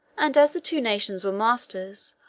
and as the two nations were masters,